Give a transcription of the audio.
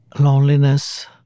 loneliness